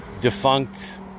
defunct